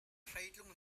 hreitlung